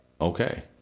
okay